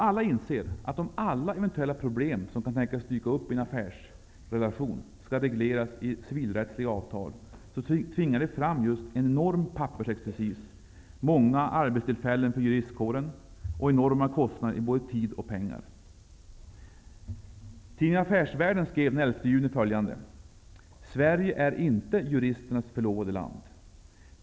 Alla inser att om alla eventuella problem som kan tänkas dyka upp i en affärsrelation skall regleras i civilrättsliga avtal, tvingar det fram en enorm pappersexercis, många arbetsuppgifter för juristkåren och enorma kostnader i både tid och pengar. Tidningen Affärsvärlden skrev den 11 juni följande: ''Sverige är inte juristernas förlovade land.